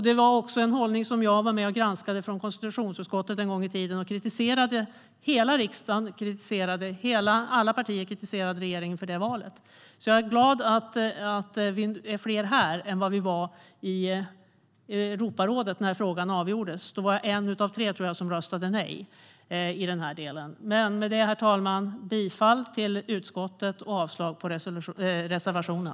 Det var också en hållning som jag var med och granskade från konstitutionsutskottet en gång i tiden. Alla partier i riksdagen kritiserade re-geringen för detta. Jag är därför glad över att vi är fler här än vi var i Europarådet när frågan avgjordes. Då tror jag att jag var en av tre som röstade nej i denna del. Herr talman! Jag yrkar bifall till utskottets förslag och avslag på reservationen.